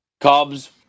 Cubs